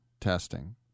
testing